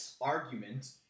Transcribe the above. argument